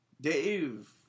Dave